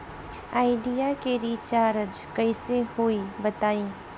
Idea के recharge कइसे होई बताईं?